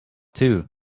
too